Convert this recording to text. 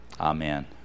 Amen